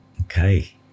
Okay